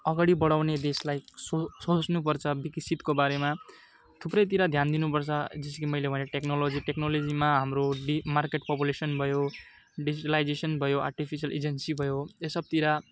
अगाडि बढाउने देशलाई सोच्नु पर्छ विकसितको बारेमा थुप्रैतिर ध्यान दिनुपर्छ जस्तो कि मैले भने टेक्नोलोजी टेक्नोलोजीमा हाम्रो डि मार्केट पपुलेसन भयो डिजिटलाइजेसन भयो आर्टिफिसियल एजेन्सी भयो यो सबतिर